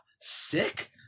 sick